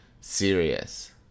serious